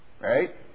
right